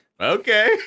okay